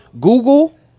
Google